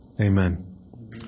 Amen